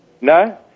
no